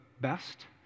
best